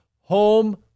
home